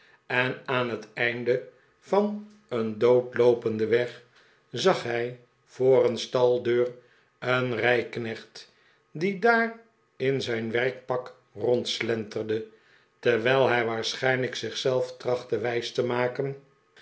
en aan het einde van een doodloopend e laan zag hij voor een staldeur een rijknecht die daar in zijn werkpak rondslenterde terwijl hij waarschijnlijk zich zelf trachtte wijs te maken